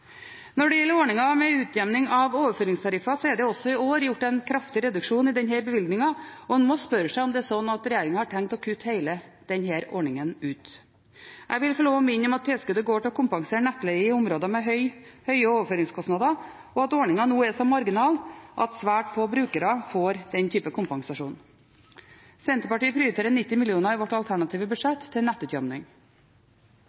Når det gjelder ordningen med utjevning av overføringstariffer, er det også i år gjort en kraftig reduksjon i denne bevilgningen. En må spørre seg om det er slik at regjeringen har tenkt å kutte ut hele denne ordningen. Jeg vil få lov til å minne om at tilskuddet går til å kompensere nettleie i områder med høye overføringskostnader, og at ordningen nå er så marginal at svært få brukere får den type kompensasjon. Senterpartiet prioriterer 90 mill. kr i sitt alternative budsjett til